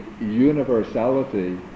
universality